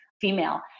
female